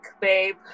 babe